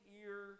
ear